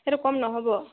সেইটো কম নহ'ব